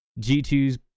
G2's